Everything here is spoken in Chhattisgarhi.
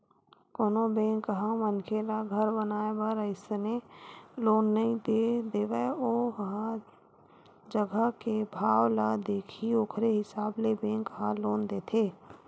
कोनो बेंक ह मनखे ल घर बनाए बर अइसने लोन नइ दे देवय ओ जघा के भाव ल देखही ओखरे हिसाब ले बेंक ह लोन देथे